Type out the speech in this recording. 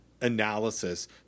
analysis